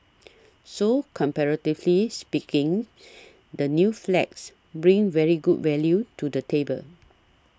so comparatively speaking the new flats bring very good value to the table